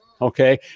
Okay